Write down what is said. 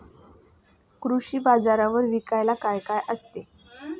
कृषी बाजारावर विकायला काय काय असते?